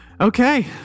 Okay